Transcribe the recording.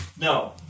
No